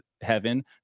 heaven